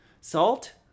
salt